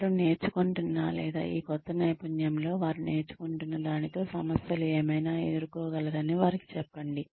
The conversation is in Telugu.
వారు నేర్చుకుంటున్న లేదా ఈ కొత్త నైపుణ్యంలో వారు నేర్చుకుంటున్న దానితో సమస్యలు ఏమైనా ఎదుర్కోగలరని వారికి చెప్పండి